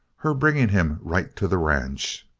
her bringing him right to the ranch!